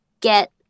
get